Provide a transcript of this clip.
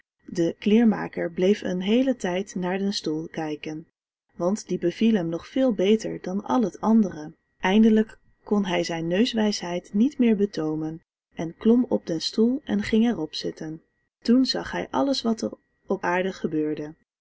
de kleermaker bleef een heelen tijd naar den stoel staan kijken want die beviel hem nog veel beter dan al het andere eindelijk kon hij zijn neuswijsheid niet meer betoomen en klom op den stoel en ging er op zitten toen zag hij alles wat op aarde gebeurde